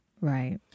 Right